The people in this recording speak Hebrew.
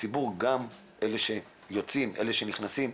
הציבור, גם אלה שיוצאים, אלה שנכסים,